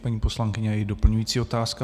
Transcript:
Paní poslankyně a její doplňující otázka.